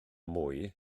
mwy